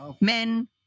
men